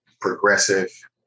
progressive